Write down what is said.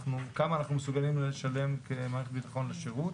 כמה אנחנו מסוגלים לשלם כמערכת הביטחון לשירות.